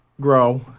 grow